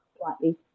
slightly